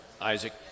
Isaac